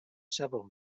several